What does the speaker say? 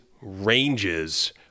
ranges